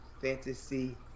fantasy